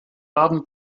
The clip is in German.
baden